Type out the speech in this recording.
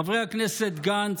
חברי הכנסת גנץ,